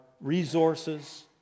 resources